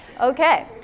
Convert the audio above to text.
Okay